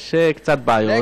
יש קצת בעיות,